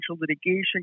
litigation